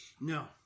No